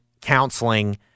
counseling